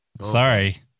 Sorry